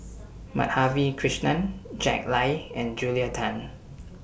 Madhavi Krishnan Jack Lai and Julia Tan